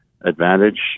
advantage